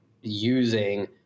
using